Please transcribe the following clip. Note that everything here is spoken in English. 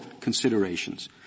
considerations